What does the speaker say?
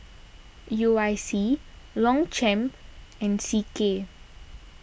U I C Longchamp and C K